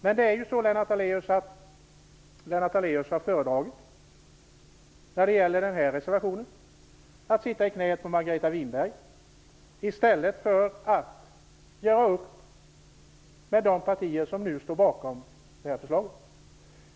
När det gäller den här reservationen har Lennart Daléus föredragit att sitta i knäet på Margareta Winberg i stället för att göra upp med de partier som nu står bakom förslaget.